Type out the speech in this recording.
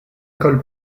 colle